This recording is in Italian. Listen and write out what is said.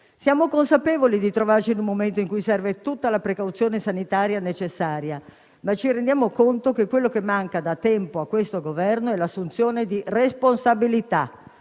Siamo consapevoli di trovarci in un momento in cui serve tutta la precauzione sanitaria necessaria, ma ci rendiamo conto che quello che manca da tempo a questo Governo è l'assunzione di responsabilità;